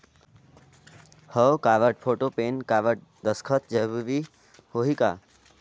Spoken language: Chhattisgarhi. हव कारड, फोटो, पेन कारड, दस्खत जरूरी होही का?